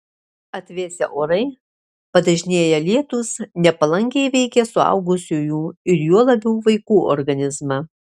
atvėsę orai padažnėję lietūs nepalankiai veikia suaugusiųjų ir juo labiau vaikų organizmą